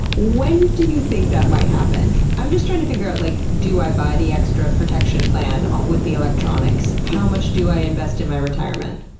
when do you think that might happen? i'm just trying to figure out, like do i buy the extra protection plan with the electronics? how much do i invest in my retirement?